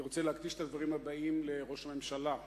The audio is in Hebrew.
אני רוצה להקדיש את הדברים הבאים לראש הממשלה.